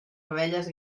abelles